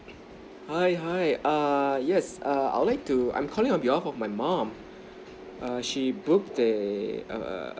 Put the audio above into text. hi hi err yes err I would like to I'm calling on behalf of my mom err she booked the err